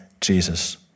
Jesus